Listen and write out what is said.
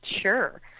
Sure